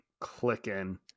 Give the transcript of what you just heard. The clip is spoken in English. clicking